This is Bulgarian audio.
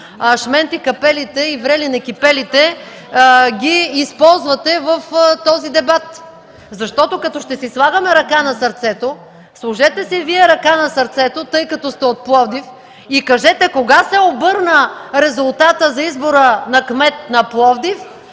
шменти-капелите и врели некипели те в този дебат. Защото, като ще си слагаме ръка на сърцето, сложете си Вие ръка на сърцето, тъй като сте от Пловдив, и кажете кога се обърна резултатът за избора на кмет на Пловдив